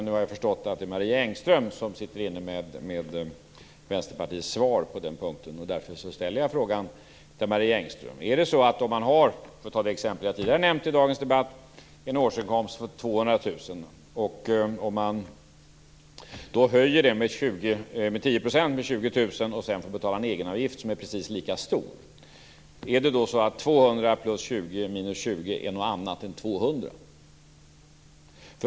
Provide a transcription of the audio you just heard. Nu har jag förstått att det är Marie Engström som sitter inne med Vänsterpartiets svar på den här punkten. Därför ställer jag frågan till Marie Engström: Om man har en årsinkomst på 200 000 kr, för att ta ett exempel jag tidigare nämnt i dagens debatt, och höjer den med 10 %, dvs. 20 000 kr, och sedan får betala en egenavgift som är precis lika stor, är då 200 plus 20 minus 20 något annat än 200?